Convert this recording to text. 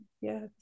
Yes